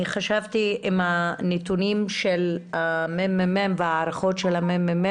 אני חשבתי עם הנתונים וההערכות של הממ"מ